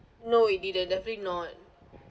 no it didn't definitely not